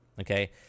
Okay